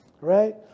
right